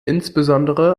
insbesondere